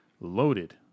Loaded